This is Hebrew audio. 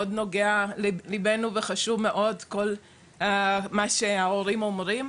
מאוד נוגע לליבנו וחשוב מאוד כל מה שההורים אומרים.